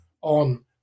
on